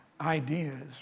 ideas